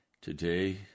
Today